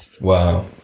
Wow